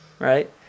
right